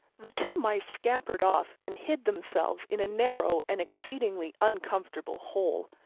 the two mice scampered off and hid themselves in a narrow and exceedingly uncomfortable hole.